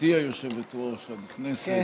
גברתי היושבת-ראש הנכנסת,